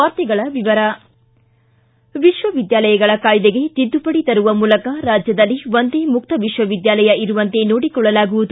ವಾರ್ತೆಗಳ ವಿವರ ವಿಶ್ವವಿದ್ಯಾಲಯಗಳ ಕಾಯಿದೆಗೆ ತಿದ್ದುಪಡಿ ತರುವ ಮೂಲಕ ರಾಜ್ಯದಲ್ಲಿ ಒಂದೇ ಮುಕ್ತ ವಿಶ್ವವಿದ್ಯಾಲಯ ಇರುವಂತೆ ನೋಡಿಕೊಳ್ಳಲಾಗುವುದು